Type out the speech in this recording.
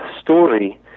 story